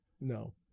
No